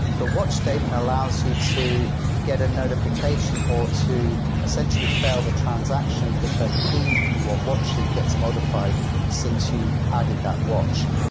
the watch statement allows you to get a notification or to essentially fail the transaction if a key you are watching gets modified since you added that watch.